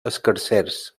escarsers